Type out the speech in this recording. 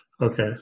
Okay